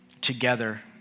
together